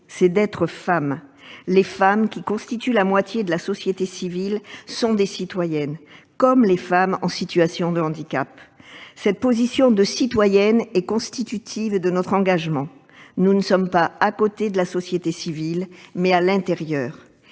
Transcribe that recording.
c'est d'être femme. Les femmes qui constituent la moitié de la société civile sont des citoyennes, comme les femmes en situation de handicap. Cette position de citoyenne est constitutive de notre engagement. Nous ne sommes pas à côté de la société civile, mais à l'intérieur.